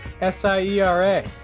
S-I-E-R-A